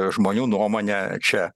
žmonių nuomonę čia